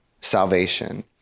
salvation